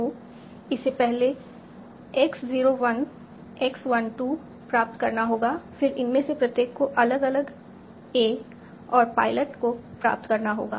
तो इसे पहले x 0 1 x 1 2 प्राप्त करना होगा फिर इनमें से प्रत्येक को अलग अलग a और पायलट को प्राप्त करना होगा